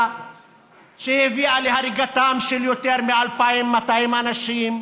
שהביאה להריגתם של יותר מ-2,200 אנשים,